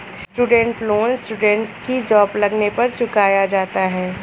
student loan students की job लगने पर चुकाया जाता है